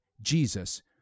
Jesus